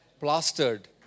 Plastered